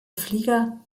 flieger